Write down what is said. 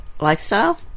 Lifestyle